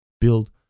build